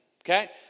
Okay